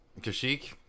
kashik